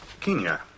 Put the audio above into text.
Kenya